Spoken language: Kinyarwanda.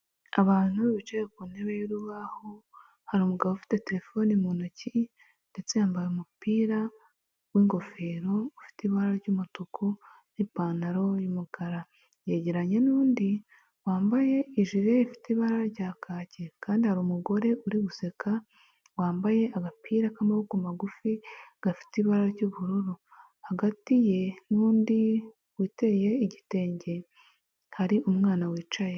Abantu bicaye ku ntebe y'urubaho hari umugabo ufite terefone mu ntoki, ndetse yambaye umupira w'ingofero ufite ibara ry'umutuku, n'ipantaro y'umukara yegeranye n'undi wambaye ijire ifite ibara rya kake. kandi hari umugore uri guseka wambaye agapira k'amaboko magufi gafite ibara ry'ubururu. Hagati ye n'undi witeye igitenge hari umwana wicaye.